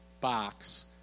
box